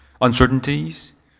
uncertainties